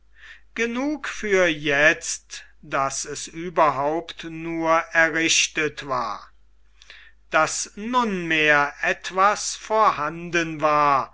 genug für jetzt daß es überhaupt nur errichtet war daß nunmehr etwas vorhanden war